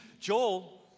Joel